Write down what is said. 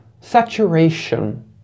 saturation